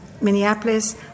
Minneapolis